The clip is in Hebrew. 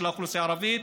של האוכלוסייה הערבית.